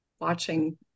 watching